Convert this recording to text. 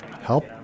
help